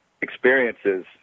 experiences